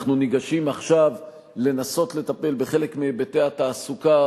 אנחנו ניגשים עכשיו לנסות ולטפל בחלק מהיבטי התעסוקה,